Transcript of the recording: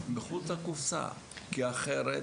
חייבת להיות מחוץ לקופסא, כי אחרת